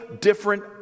different